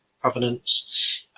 provenance